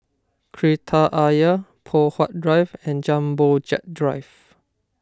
Kreta Ayer Poh Huat Drive and Jumbo Jet Drive